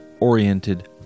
oriented